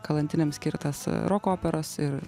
kalantinėm skirtas roko operos ir